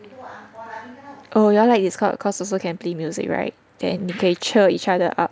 oh ya lah Discord cause also can play music right then we can cheer each other up